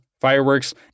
fireworks